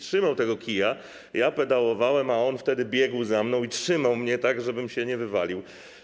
Trzymał ten kij, ja pedałowałem, a on wtedy biegł za mną i trzymał mnie tak, żebym się nie wywalił.